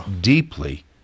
deeply